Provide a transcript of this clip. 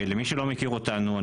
למי שלא מכיר אותנו,